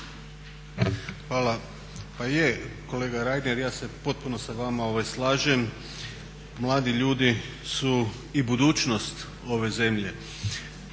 Hvala. Pa je kolega Reiner, ja se potpuno sa vama slažem, mladi ljudi su i budućnost ove zemlje.